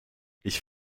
ich